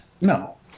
no